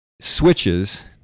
switches